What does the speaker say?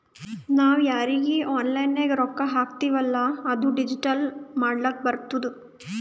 ನಾವ್ ಯಾರೀಗಿ ಆನ್ಲೈನ್ನಾಗ್ ರೊಕ್ಕಾ ಹಾಕ್ತಿವೆಲ್ಲಾ ಅದು ಡಿಲೀಟ್ ಮಾಡ್ಲಕ್ ಬರ್ತುದ್